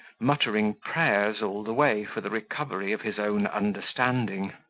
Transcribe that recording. muttering prayers all the way for the recovery of his own understanding.